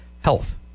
health